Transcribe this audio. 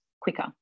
quicker